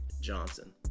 Johnson